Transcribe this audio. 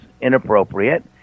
inappropriate